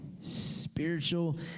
spiritual